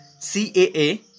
CAA